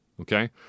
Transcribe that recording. Okay